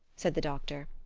said the doctor.